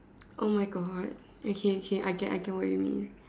oh my God okay okay I get I get what you mean